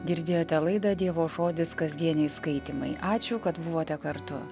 girdėjote laidą dievo žodis kasdieniai skaitymai ačiū kad buvote kartu